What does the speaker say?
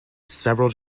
several